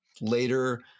later